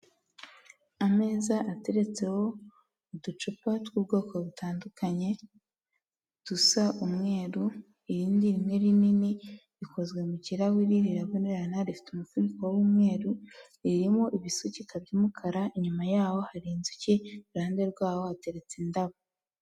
Ameza ateretseho uducupa tw'ubwoko butandukanye, dusa umweru, irindi rimwe rinini rikozwe mu kirahuri, rirabonerana, rifite umufuniko w'umweru, ririmo ibisukika by'umukara, inyuma yaho hari inzuki, iruhande rwaho hateretse indabo.